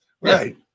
Right